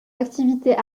activités